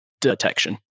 detection